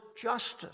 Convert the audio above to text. justice